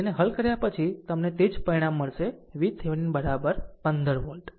તેને હલ કર્યા પછી તમને તે જ પરિણામ મળશે VThevenin 15 વોલ્ટ